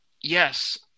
yes